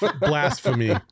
Blasphemy